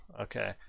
okay